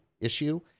issue